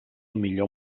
millor